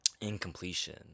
incompletion